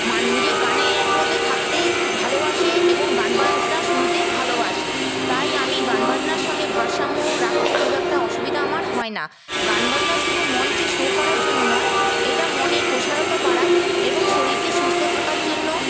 মান নিজের গানের মধ্যে থাকতে ভালবাসে এবং গান বাজনা শুনতে ভালবাসে তাই আমি গান বাজনার সঙ্গে ভারসাম্যও রাখতে খুব একটা অসুবিধা আমার হয় না গান বাজনা শুধু মঞ্চে শো করার জন্য নয় এটা মনের প্রসারতা বাড়ায় এবং শরীরকে সুস্থ থাকার জন্যও